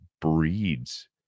breeds